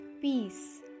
peace